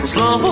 Slow